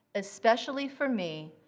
especially for me,